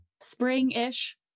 spring-ish